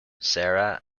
sarah